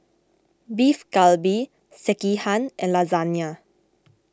Beef Galbi Sekihan and Lasagna